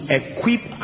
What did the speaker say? equip